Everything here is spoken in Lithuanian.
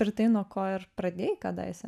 ir tai nuo ko ir pradėjai kadaise